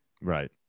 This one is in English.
Right